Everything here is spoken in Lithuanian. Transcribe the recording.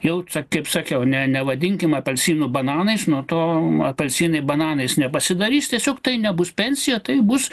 jau ca kaip sakiau ne nevadinkim apelsinų bananais nuo to apelsinai bananais nepasidarys tiesiog tai nebus pensija tai bus